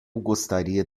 gostaria